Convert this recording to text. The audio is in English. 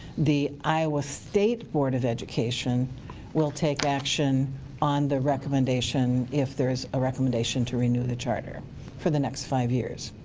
the iowa state board of education will take action on the recommendation if there is a recommendation to renew the charter for the next five years.